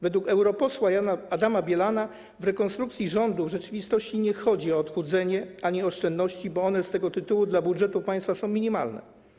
Według europosła Adama Bielana w rekonstrukcji rządu w rzeczywistości nie chodzi o odchudzenie ani o oszczędności, bo one z tego tytułu dla budżetu państwa są minimalne.